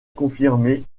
confirmée